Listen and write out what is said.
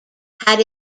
had